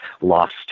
lost